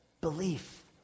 belief